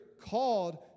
called